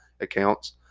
accounts